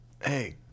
Hey